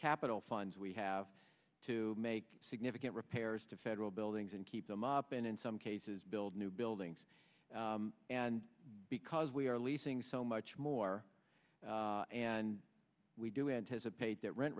capital funds we have to make significant repairs to federal buildings and keep them up and in some cases build new buildings and because we are leasing so much more and we do anticipate that rent